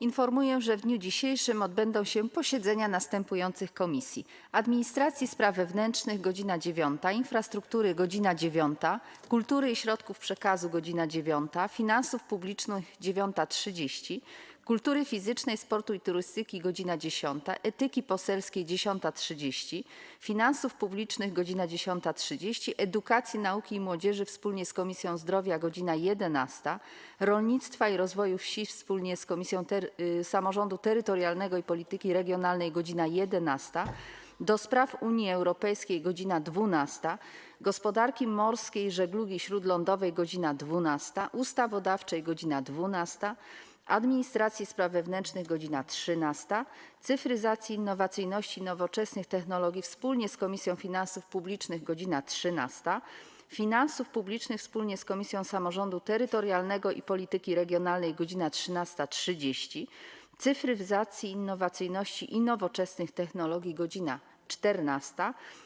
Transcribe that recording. Informuję, że w dniu dzisiejszym odbędą się posiedzenia następujących Komisji: - Administracji i Spraw Wewnętrznych - godz. 9, - Infrastruktury - godz. 9, - Kultury i Środków Przekazu - godz. 9, - Finansów Publicznych - godz. 9.30, - Kultury Fizycznej, Sportu i Turystyki - godz. 10, - Etyki Poselskiej - godz. 10.30, - Finansów Publicznych - godz. 10.30, - Edukacji, Nauki i Młodzieży wspólnie z Komisją Zdrowia - godz. 11, - Rolnictwa i Rozwoju Wsi wspólnie z Komisją Samorządu Terytorialnego i Polityki Regionalnej - godz. 11, - do Spraw Unii Europejskiej - godz. 12, - Gospodarki Morskiej i Żeglugi Śródlądowej - godz. 12, - Ustawodawczej - godz. 12, - Administracji i Spraw Wewnętrznych - godz. 13, - Cyfryzacji, Innowacyjności i Nowoczesnych Technologii wspólnie z Komisją Finansów Publicznych - godz. 13, - Finansów Publicznych wspólnie z Komisją Samorządu Terytorialnego i Polityki Regionalnej - godz. 13.30, - Cyfryzacji, Innowacyjności i Nowoczesnych Technologii - godz. 14,